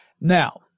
Now